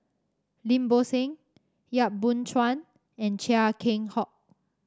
Lim Bo Seng Yap Boon Chuan and Chia Keng Hock